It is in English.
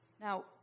Now